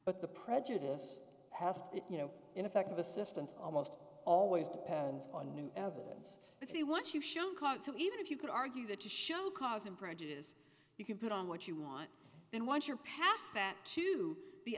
but the prejudice has it you know ineffective assistance almost always depends on new evidence let's see what you've shown can't so even if you could argue that to show cause and prejudice you can put on what you want and once you're past that to the